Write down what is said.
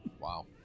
wow